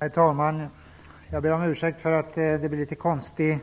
Herr talman! Jag ber om ursäkt för att det har blivit en litet konstig